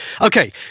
Okay